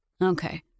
Okay